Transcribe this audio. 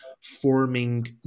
forming